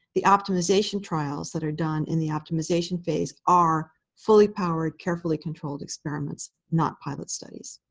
the optimization trials that are done in the optimization phase are fully powered, carefully controlled experiments, not pilot studies.